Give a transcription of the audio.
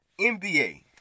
NBA